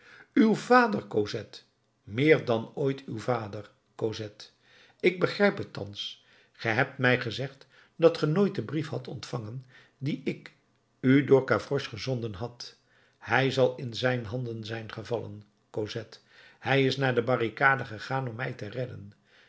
uw vader cosette meer dan ooit uw vader cosette ik begrijp het thans ge hebt mij gezegd dat ge nooit den brief had ontvangen dien ik u door gavroche gezonden had hij zal in zijn handen zijn gevallen cosette hij is naar de barricade gegaan om mij te redden